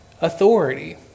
authority